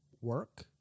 work